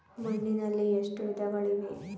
ಮಣ್ಣಿನಲ್ಲಿ ಎಷ್ಟು ವಿಧಗಳಿವೆ?